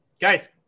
guys